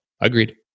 agreed